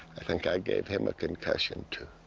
i think i gave him a concussion, too.